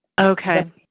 Okay